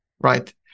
right